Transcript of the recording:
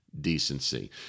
decency